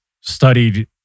studied